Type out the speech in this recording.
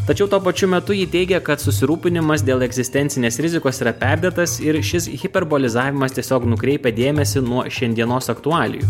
tačiau tuo pačiu metu ji teigia kad susirūpinimas dėl egzistencinės rizikos yra perdėtas ir šis hiperbolizavimas tiesiog nukreipia dėmesį nuo šiandienos aktualijų